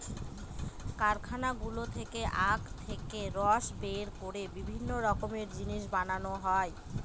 কারখানাগুলো থেকে আখ থেকে রস বের করে বিভিন্ন রকমের জিনিস বানানো হয়